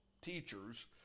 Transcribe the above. teachers